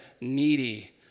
needy